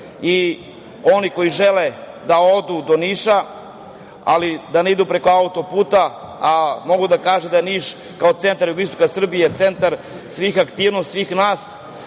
i oni koji žele da odu do Niša, ali da ne idu preko autoputa, a mogu da kažu da Niš kao centar jugoistoka Srbije je centar svih aktivnosti, svih nas,